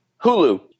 Hulu